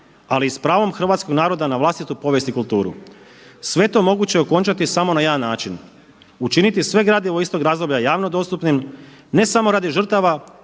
ali i s pravom hrvatskog naroda na vlastitu povijest i kulturu. Sve je to moguće okončati samo na jedan način, učiniti sve gradivo iz tog razdoblja javno dostupnim, ne samo radi žrtava